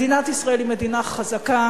מדינת ישראל היא מדינה חזקה.